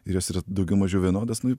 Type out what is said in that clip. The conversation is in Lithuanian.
ir jos yra daugiau mažiau vienodos nu